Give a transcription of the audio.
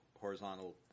horizontal